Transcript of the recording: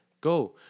go